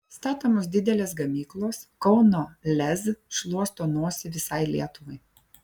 statomos didelės gamyklos kauno lez šluosto nosį visai lietuvai